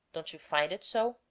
don't you find it so?